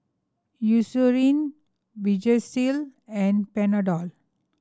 Eucerin Vagisil and Panadol